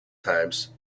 times